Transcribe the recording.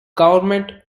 government